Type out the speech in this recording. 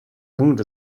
moons